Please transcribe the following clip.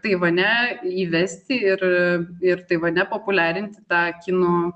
taivane įvesti ir ir taivane populiarinti tą kinų